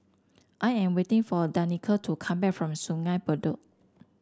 I am waiting for Danika to come back from Sungei Bedok